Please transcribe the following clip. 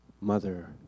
mother